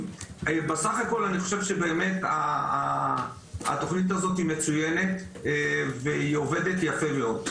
בסך הכול אני חושב שבאמת התוכנית הזאת היא מצוינת והיא עובדת יפה מאוד,